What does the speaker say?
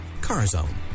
CarZone